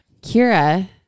Kira